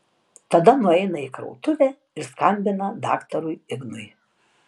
tada nueina į krautuvę ir skambina daktarui ignui